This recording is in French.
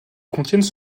contiennent